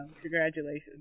congratulations